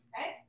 Okay